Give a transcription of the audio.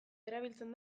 erabiltzen